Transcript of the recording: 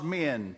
men